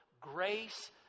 grace